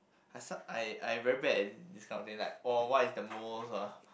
I suck I I very bad at these kind of things like or what is the most